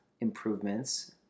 improvements